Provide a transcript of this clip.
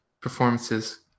Performances